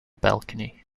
balcony